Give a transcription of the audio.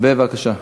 בבקשה.